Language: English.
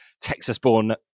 Texas-born